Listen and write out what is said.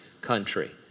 country